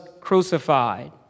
crucified